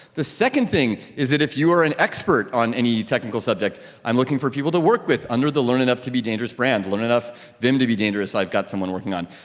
the second thing is that if you are an expert on any technical subject, i'm looking for people to work with under the learn enough to be dangerous brand. learn enough vim to be dangerous, i've got someone working on.